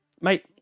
mate